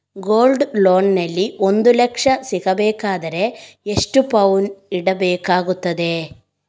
Gold loan ನಲ್ಲಿ ಒಂದು ಲಕ್ಷ ಸಿಗಬೇಕಾದರೆ ಎಷ್ಟು ಪೌನು ಇಡಬೇಕಾಗುತ್ತದೆ?